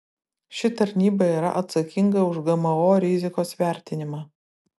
ši tarnyba yra atsakinga už gmo rizikos vertinimą